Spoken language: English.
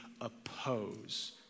oppose